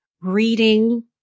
reading